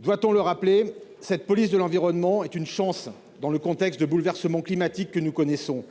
Doit on rappeler que la police de l’environnement est une chance vu les bouleversements climatiques que nous connaissons ?